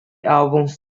albums